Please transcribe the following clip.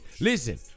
listen